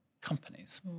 companies